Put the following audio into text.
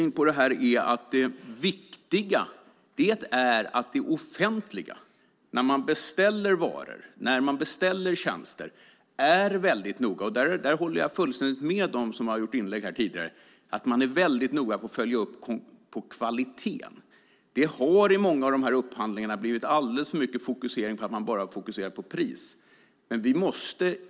När det offentliga beställer varor och tjänster är det viktigt att man är noga. Jag håller fullständigt med dem som har gjort inlägg tidigare om att man måste vara noga med att följa upp kvaliteten. Det har i många upphandlingar blivit alldeles för mycket fokus på priset.